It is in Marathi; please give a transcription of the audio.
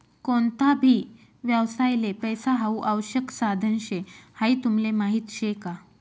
कोणता भी व्यवसायले पैसा हाऊ आवश्यक साधन शे हाई तुमले माहीत शे का?